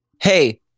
hey